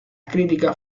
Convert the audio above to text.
críticas